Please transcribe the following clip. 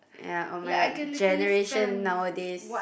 ya [oh]-my-god generation nowadays